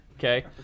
Okay